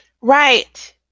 right